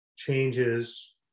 changes